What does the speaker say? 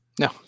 No